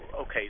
okay